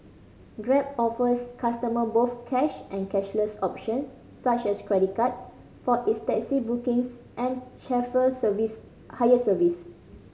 grab offers customer both cash and cashless option such as credit card for its taxi bookings and chauffeur service hire service